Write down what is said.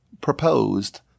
proposed